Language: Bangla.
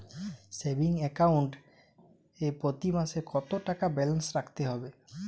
সেভিংস অ্যাকাউন্ট এ প্রতি মাসে কতো টাকা ব্যালান্স রাখতে হবে?